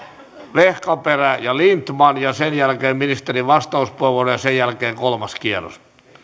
vehkaperä ja lindtman ja sen jälkeen ministerin vastauspuheenvuoro ja sen jälkeen kolmas kierros